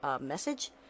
message